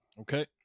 okay